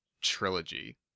trilogy